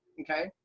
okay?